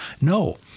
No